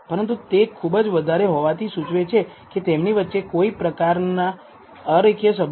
પરંતુ તે ખૂબ જ વધારે હોવાથી સૂચવે છે કે તેમની વચ્ચે કોઈ પ્રકારન અરેખીય સંબંધ છે